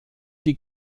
die